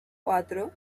cuatro